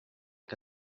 que